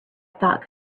thought